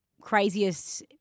craziest